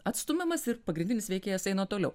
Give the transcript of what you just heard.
atstumiamas ir pagrindinis veikėjas eina toliau